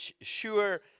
sure